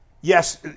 Yes